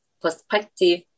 perspective